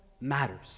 matters